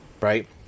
right